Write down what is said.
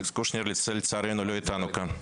אלכס קושניר לצערנו לא איתנו כאן.